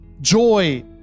joy